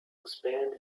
expand